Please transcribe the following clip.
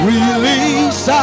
Release